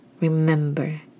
remember